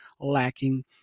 lacking